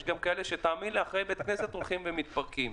יש גם כאלה שאחרי בית הכנסת הולכים ומתפרקים.